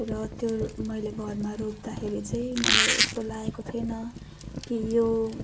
र त्यो मैले घरमा रोप्दाखेरि चाहिँ मलाई यस्तो लागेको थिएन कि यो